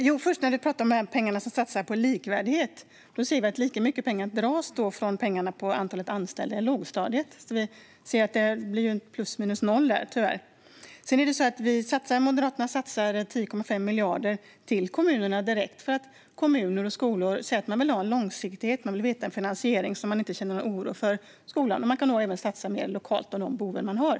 Fru talman! Utbildningsministern talar om pengarna som satsas på likvärdighet. Vi ser att lika mycket dras från pengarna till antalet anställda i lågstadiet. Det blir tyvärr plus minus noll. Moderaterna satsar 10,5 miljarder direkt på kommunerna därför att kommuner och skolor säger att de vill ha långsiktighet. De vill veta att de har finansiering så att de inte känner oro för skolan. Man kan då även satsa mer lokalt på de behov man har.